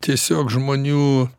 tiesiog žmonių